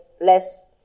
less